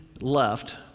left